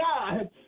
God